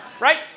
Right